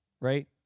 right